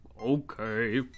Okay